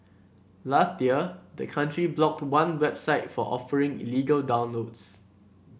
last year the country blocked one website for offering illegal downloads